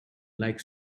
like